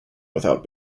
without